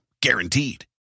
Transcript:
Guaranteed